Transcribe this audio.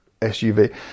SUV